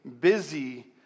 busy